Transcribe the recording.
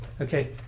Okay